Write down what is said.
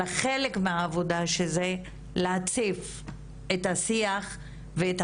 לחלק מהעבודה שזה להציף את השיח ואת